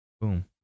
Boom